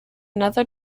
another